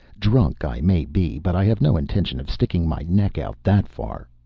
drunk i may be, but i have no intention of sticking my neck out that far.